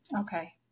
Okay